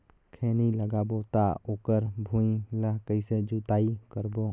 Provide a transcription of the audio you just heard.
खैनी लगाबो ता ओकर भुईं ला कइसे जोताई करबो?